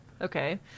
Okay